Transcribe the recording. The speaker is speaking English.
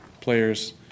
players